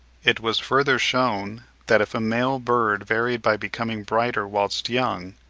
it was further shewn that if a male bird varied by becoming brighter whilst young,